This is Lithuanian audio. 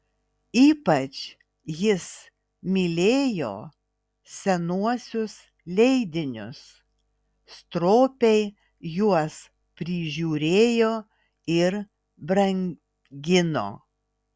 ypač jis mylėjo senuosius leidinius stropiai juos prižiūrėjo ir brangino